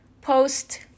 post